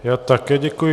Já také děkuji.